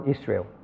Israel